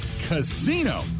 Casino